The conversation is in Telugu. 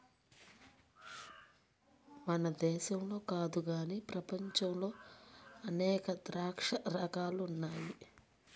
మన దేశంలో కాదు గానీ ప్రపంచంలో అనేక ద్రాక్ష రకాలు ఉన్నాయి